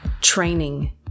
training